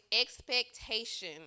expectation